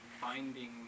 finding